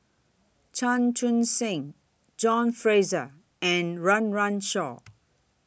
Chan Chun Sing John Fraser and Run Run Shaw